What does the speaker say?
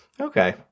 okay